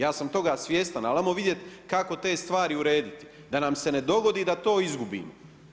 Ja sam toga svjestan, ali ajmo vidjeti kako te stvari urediti, da nam se ne dogodi da to izgubimo.